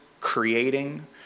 creating